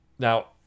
Now